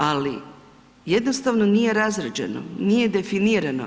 Ali jednostavno nije razrađeno, nije definirano.